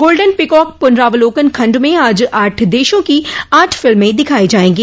golden Peacock पुनरावलोकन खण्ड में आज आठ देशों की आठ फिल्में दिखाई जाएंगी